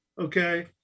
okay